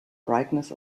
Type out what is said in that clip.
brightness